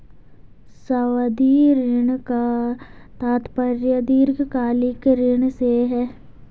सावधि ऋण का तात्पर्य दीर्घकालिक ऋण से है